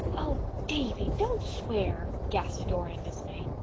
oh, davy, don't swear, gasped dora in dismay.